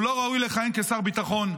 לא ראוי לכהן כשר ביטחון.